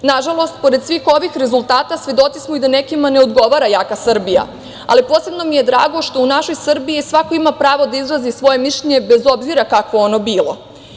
Nažalost, pored svih ovih rezultata svedoci smo i da nekima ne odgovara jaka Srbija, ali posebno mi je drago što u našoj Srbiji svako ima pravo da izrazi svoje mišljenje bez obzira kakvo ono bilo.